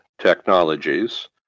technologies